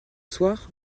soir